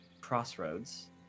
crossroads